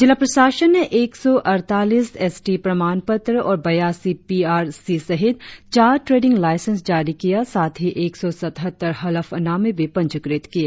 जिला प्रशासन ने एक सौ अड़तालीस एस टी प्रमाण पत्र और बयासी पी आर सी सहित चार ट्रेडिंग लाईसेंस जारी किया साथ ही एक सौ सतत्तर हलफनामें भी पंजीकृत किए